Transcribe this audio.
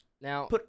Now